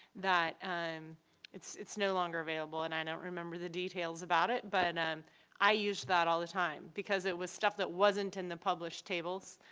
um it's it's no longer available and i don't remember the details about it but and um i used that all the time because it was stuff that wasn't in the published tables.